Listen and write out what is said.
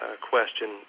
question